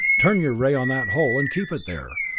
turn your ray on that hole, and keep it there,